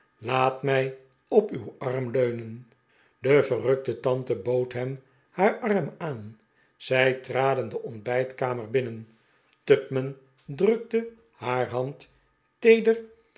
laat mij op uw arm leunen de verrukte tante bood hem haar arm aan zij traden s de ontbijtkamer binnen tupman drukte haar hand teeder